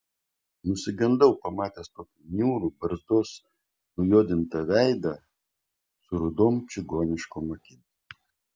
nusigandau pamatęs tokį niūrų barzdos nujuodintą veidą su rudom čigoniškom akim